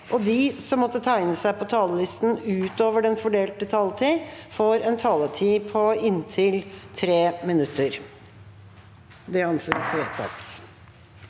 de som måtte tegne seg på talerlisten utover den fordelte taletid, får en taletid på inntil 3 minutter. Sakens ordfører er Gisle